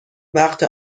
وقت